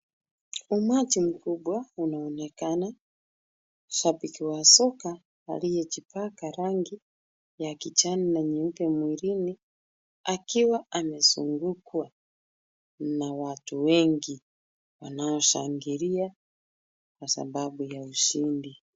Umati mkubwa unaonekana. Shabiki wa soka aliyejipaka rangi ya kijani na nyeupe mwilini akiwa amezungukwa na watu wengi wanaoshangilia kwa sababu ya ushindi.